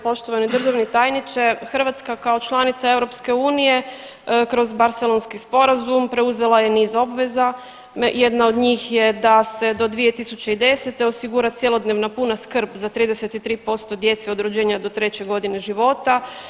Poštovani državni tajniče, Hrvatska kao članica EU kroz Barcelonski sporazum preuzela je niz obveza, jedna od njih je da se do 2010. osigura cjelodnevna puna skrb za 33% djece od rođenja do 3. g. života.